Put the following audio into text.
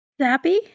Zappy